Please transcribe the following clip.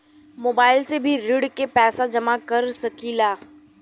Mobile से भी ऋण के पैसा जमा कर सकी ला?